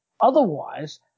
otherwise